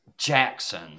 Jackson